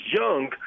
young